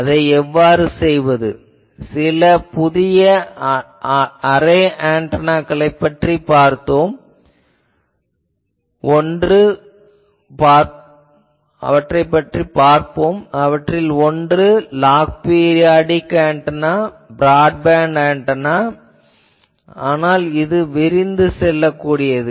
அதை எவ்வாறு செய்வது சில புதிய அரே ஆன்டெனாக்களைப் பற்றியும் பார்ப்போம் அவற்றில் ஒன்று லாக் பீரியாடிக் ஆன்டெனா இது பிராட்பேண்ட் ஆன்டெனா ஆனால் இது விரிந்து செல்லக்கூடியது